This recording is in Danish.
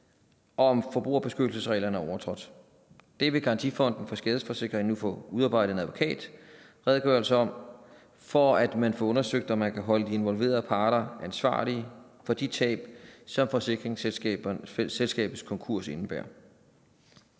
og om forbrugerbeskyttelsesreglerne er overtrådt. Det vil garantifonden for skadesforsikringsselskaber nu få udarbejdet en advokatredegørelse om for at få undersøgt, om man kan holde de involverede parter ansvarlige for de tab, som forsikringsselskabets konkurs indebærer.